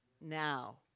now